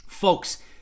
Folks